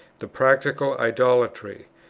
the practical idolatry,